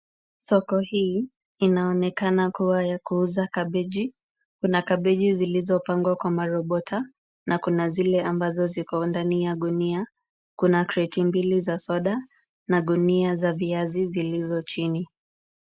Soko hii inaonekana kuwa ya kuuza kabeji. Kuna kabeji zilizopangwa kwa marobota na kuna zile ambazo ziko ndani ya gunia. Kuna kreti mbili za soda na gunia za viazi zilizo chini.